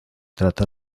trata